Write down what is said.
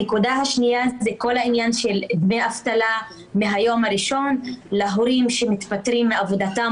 כל העניין של דמי אבטלה מהיום הראשון להורים שמתפטרים מעבודתם